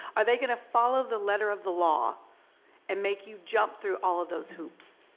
are they gonna follow the letter of the law and make you jump through all of those hoops?